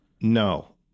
No